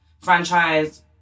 franchise